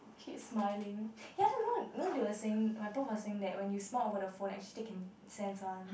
keeps smiling can you understand you know what they were saying my prof was saying when you smile over the phone actually they can sense one